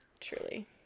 truly